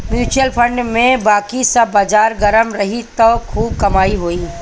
mutual fund में बाकी जब बाजार गरम रही त खूब कमाई होई